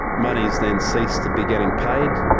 monies then ceased to be getting paid.